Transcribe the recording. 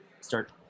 start